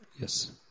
Yes